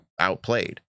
outplayed